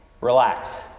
Relax